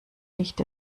nicht